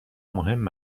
مهم